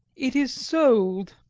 it is sold,